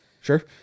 Sure